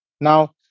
Now